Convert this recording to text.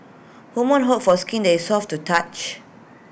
women hope for skin that is soft to touch